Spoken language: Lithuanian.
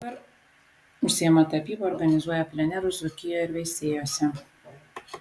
dabar užsiima tapyba organizuoja plenerus dzūkijoje veisiejuose